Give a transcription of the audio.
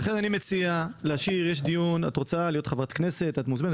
אם את רוצה להיות חברת הכנסת את מוזמנת.